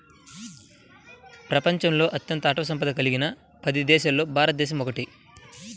ప్రపంచంలో అత్యంత అటవీ సంపద కలిగిన పది దేశాలలో భారతదేశం ఒకటి